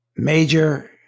Major